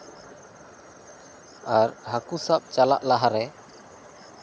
ᱟᱨ ᱦᱟᱹᱠᱩ ᱥᱟᱯ ᱪᱟᱞᱟᱜ ᱞᱟᱦᱟᱨᱮ